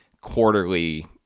quarterly